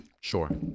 Sure